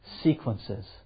sequences